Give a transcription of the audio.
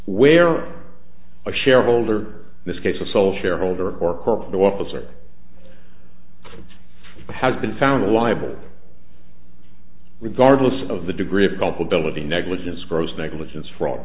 are a shareholder in this case a sole shareholder or corporate officer has been found alive regardless of the degree of culpability negligence gross negligence fr